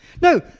No